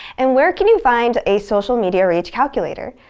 and where can you find a social media reach calculator?